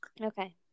Okay